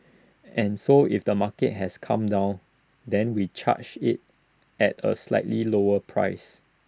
and so if the market has come down then we charge IT at A slightly lower price